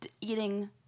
eating